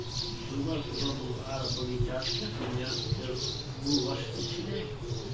सुबह सुबह बुआर बगीचात जैस्मीनेर फुलेर खुशबू व स छिले